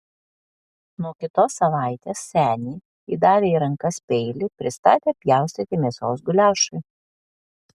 nuo kitos savaitės senį įdavę į rankas peilį pristatė pjaustyti mėsos guliašui